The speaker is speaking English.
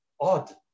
odd